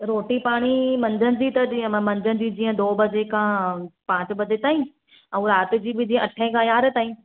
रोटी पाणी मंझंदि जी त ॾींहुं मां मंझंदि जीअं डो बजे खां पांच बजे ताईं ऐं राति जी अठे खां यारहें ताईं